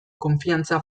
konfiantza